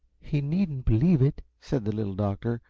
he needn't believe it, said the little doctor,